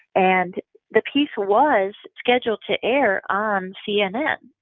and the piece was scheduled to air on cnn,